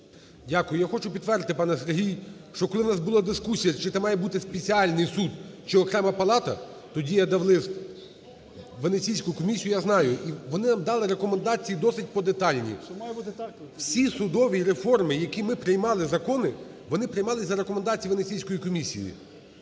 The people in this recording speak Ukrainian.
Дякую. Я хочу підтвердити, пане Сергій, що коли у нас була дискусія, чи це має бути спеціальний суд, чи окрема палата, тоді я дав лист в Венеційську комісію, я знаю, і вони нам дали рекомендації досить подетальні. Всі судові реформи, які ми приймали закони, вони приймались за рекомендацією Венеційської комісії.